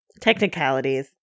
Technicalities